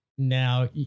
Now